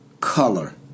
color